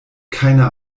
keine